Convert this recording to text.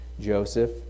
Joseph